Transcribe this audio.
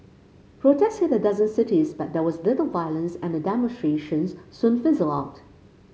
protests hit a dozen cities but there was little violence and the demonstrations soon fizzled out